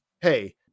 Hey